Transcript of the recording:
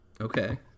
Okay